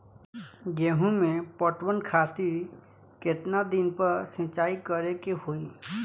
गेहूं में पटवन खातिर केतना दिन पर सिंचाई करें के होई?